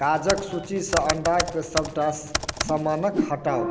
काजके सूचीसँ अण्डाके सबटा समानके हटाउ